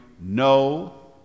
no